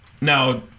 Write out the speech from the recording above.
Now